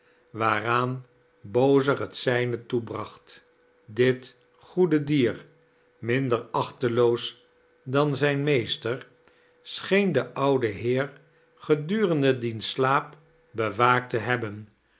waaraan bozea het zijne toebracht ddt goede dier minder aohteloos dan zijn meester soheen den ouden heex geduremde diens slaap bewaakt te hebben